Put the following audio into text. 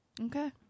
Okay